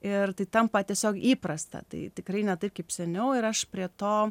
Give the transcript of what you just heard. ir tai tampa tiesiog įprasta tai tikrai ne taip kaip seniau ir aš prie to